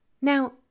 Now